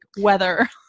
Weather